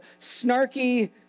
Snarky